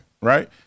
right